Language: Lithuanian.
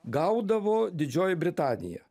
gaudavo didžioji britanija